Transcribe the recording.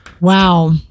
Wow